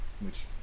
Which-